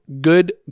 good